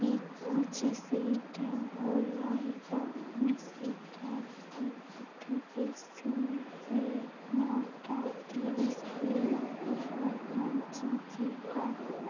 ଠିକ୍ ଅଛି ସେଇଟା ଭଲ ହେବ ଆମେ ସେଠାରେ ଅତି ବେଶୀରେ ନଅଟା ତିରିଶ ବେଳକୁ ପହଞ୍ଚିଯିବା